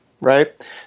right